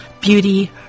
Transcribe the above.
beauty